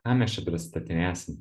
ką mes čia pristatinėsim